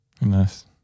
Nice